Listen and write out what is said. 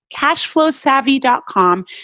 cashflowsavvy.com